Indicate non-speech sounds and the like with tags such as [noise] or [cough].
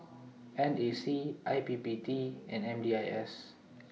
[noise] N A C I P P T and M D I S